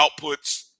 outputs